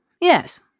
Yes